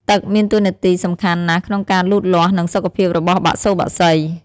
ទឹកមានតួនាទីសំខាន់ណាស់ក្នុងការលូតលាស់ និងសុខភាពរបស់បសុបក្សី។